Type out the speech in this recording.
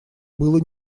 было